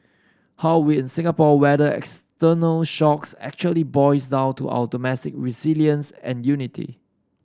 how we in Singapore weather external shocks actually boils down to our domestic resilience and unity